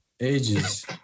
Ages